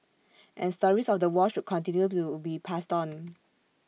and stories of the war should continue to be passed on